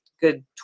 good